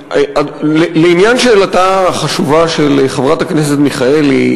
לעניין שאלתה החשובה של חברת הכנסת מיכאלי,